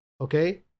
okay